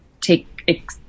take